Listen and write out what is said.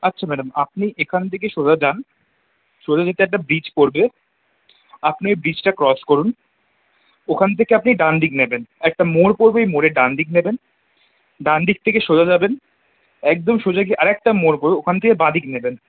আচ্ছা ম্যাডাম আপনি এখান থেকে সোজা যান সোজা যেতে একটা ব্রিজ পড়বে আপনি ওই ব্রিজটা ক্রস করুন ওখান থেকে আপনি ডানদিক নেবেন একটা মোড় পড়বে ওই মোড়ে ডানদিক নেবেন ডানদিক থেকে সোজা যাবেন একদম সোজা গিয়ে আর একটা মোড় পড়বে ওখান থেকে বাঁদিক নেবেন